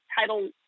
title